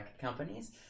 companies